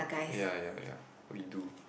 ya ya ya we do